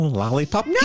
lollipop